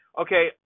Okay